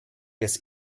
des